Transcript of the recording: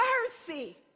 mercy